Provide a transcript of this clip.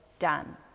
done